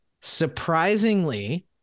surprisingly